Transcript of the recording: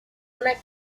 una